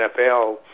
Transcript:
NFL